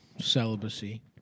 celibacy